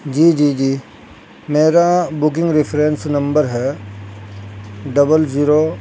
جی جی جی میرا بکنگ ریفرنس نمبر ہے ڈبل زیرو